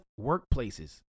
workplaces